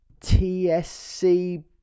TSC